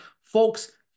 Folks